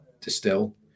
Distill